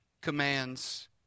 commands